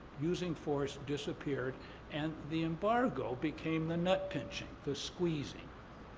using force disappeared and the embargo became the nut pinching, the squeezy.